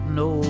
no